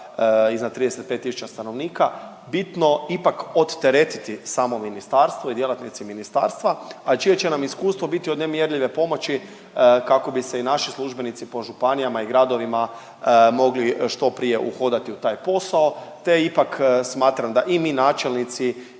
iznad 35000 stanovnika bitno ipak odteretiti samo ministarstvo i djelatnici ministarstva, a čije će nam iskustvo biti od nemjerljive pomoći kako bi se i naši službenici po županijama i gradovima mogli što prije uhodati u taj posao, te ipak smatram da i mi načelnici